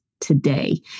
today